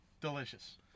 delicious